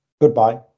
Goodbye